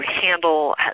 handle